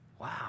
Wow